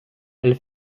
elle